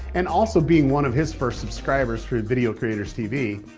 and also being one of his first subscribers through video creators tv,